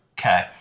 Okay